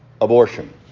Abortion